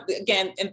again